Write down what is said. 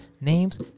names